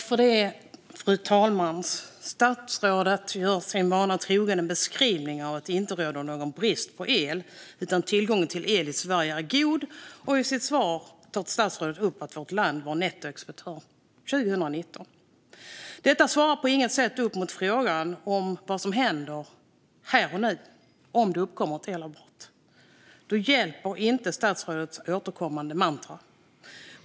Fru talman! Statsrådet gör sin vana trogen en beskrivning av att det inte råder någon brist på el. Tillgången till el i Sverige är god. Och i sitt svar tar statsrådet upp att vårt land var nettoexportör 2019. Detta svarar på inget sätt upp mot frågan om vad som händer här och nu om det uppstår ett elavbrott. Då hjälper inte statsrådets återkommande mantra.